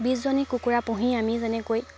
বিশজনী কুকুৰা পুহি আমি যেনেকৈ